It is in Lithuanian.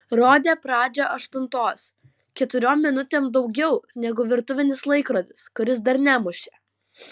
rodė pradžią aštuntos keturiom minutėm daugiau negu virtuvinis laikrodis kuris dar nemušė